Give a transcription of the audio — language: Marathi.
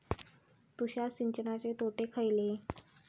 तुषार सिंचनाचे तोटे खयले?